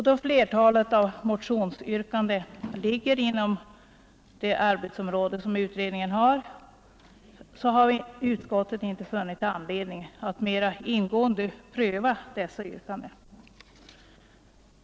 Då flertalet av motionsyrkandena ligger inom denna utrednings arbetsområde, har vi i utskottet inte funnit anledning att ingående pröva dessa yrkanden.